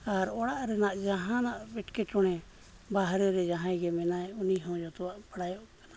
ᱟᱨ ᱚᱲᱟᱜ ᱨᱮᱱᱟᱜ ᱡᱟᱦᱟᱱᱟᱜ ᱮᱸᱴᱠᱮᱴᱚᱬᱮ ᱵᱟᱦᱨᱮ ᱨᱮ ᱡᱟᱦᱟᱸᱭ ᱜᱮ ᱢᱮᱱᱟᱭ ᱩᱱᱤ ᱦᱚᱸ ᱡᱚᱛᱚᱣᱟᱜ ᱵᱟᱲᱟᱭᱚᱜ ᱠᱟᱱᱟ